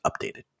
updated